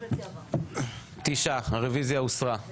בחנוך דב מלביצקי שהוא לא רוצה בטובת המדינה,